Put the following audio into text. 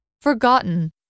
forgotten